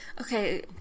Okay